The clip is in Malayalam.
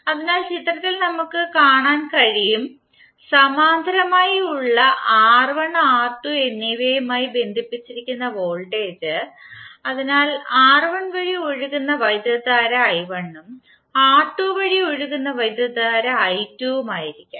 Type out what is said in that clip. അതിനാൽ ചിത്രത്തിൽ നമ്മുക്ക് കാണാൻ കഴിയും സമാന്തരമായി ഉള്ള R1 R2 എന്നിവയുമായി ബന്ധിപ്പിച്ചിരിക്കുന്ന വോൾട്ടേജ് അതിനാൽ R1 വഴി ഒഴുകുന്ന വൈദ്യുതധാര i1 ഉം R2 വഴി ഒഴുകുന്ന വൈദ്യുതധാര i2 ഉം ആയിരിക്കും